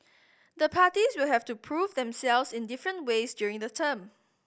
the parties will have to prove themselves in different ways during term